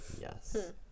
Yes